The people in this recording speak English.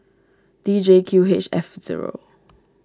D J Q H F zero